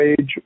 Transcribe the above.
age